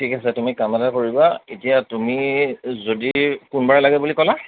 ঠিক আছে তুমি কাম এটা কৰিবা এতিয়া তুমি যদি কোনবাৰে লাগে বুলি ক'লা